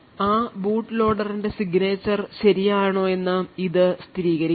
ആ ബൂട്ട് ലോഡറിന്റെ signature ശരിയാണോയെന്ന് ഇത് സ്ഥിരീകരിക്കും